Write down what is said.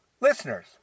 Listeners